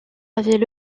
avaient